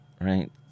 right